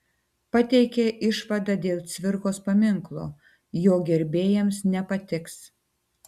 pateikė išvadą dėl cvirkos paminklo jo gerbėjams nepatiks